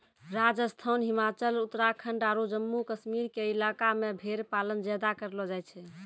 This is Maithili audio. राजस्थान, हिमाचल, उत्तराखंड आरो जम्मू कश्मीर के इलाका मॅ भेड़ पालन ज्यादा करलो जाय छै